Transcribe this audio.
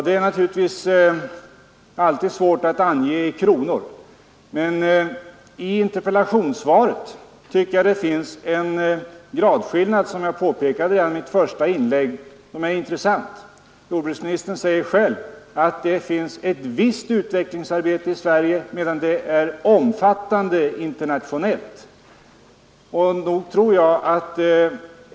Det är naturligtvis alltid svårt att ange i kronor. I interpellationssvaret tycker jag, som jag påpekade redan i mitt första inlägg, att det finns en gradskillnad som är intressant. Jordbruksministern säger själv att det finns ett visst utvecklingsarbete i Sverige, medan det är omfattande internationellt.